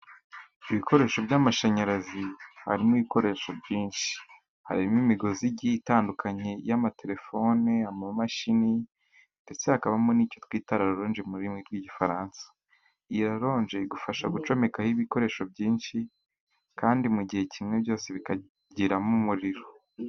Ibikoresho by'amashanyarazi harimo ibikoresho byinshi. Harimo imigozi igiye itandukanye y'amatelefone, amamashini, ndetse hakabamo n'icyo twitara raronje mu rurimi rw'igifaransa. Iyo raronje igufasha gucomekaho ibikoresho byinshi kandi mu gihe kimwe byose bikageramo umuriro.